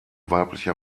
weiblicher